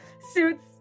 suits